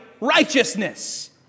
righteousness